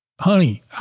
Honey